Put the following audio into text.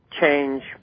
change